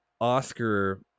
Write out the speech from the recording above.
Oscar